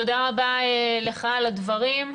תודה רבה לך, על הדברים.